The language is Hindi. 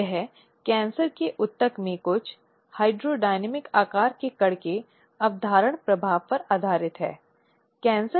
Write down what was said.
इस संबंध में एक और बात दो और चीजें जो हमारे आगे बढ़ने से पहले महत्वपूर्ण हैं अपील के लिए एक परिवीक्षा है